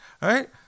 Right